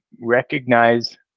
recognize